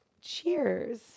cheers